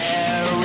air